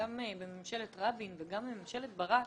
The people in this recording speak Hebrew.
גם בממשלת רבין וגם בממשלת ברק,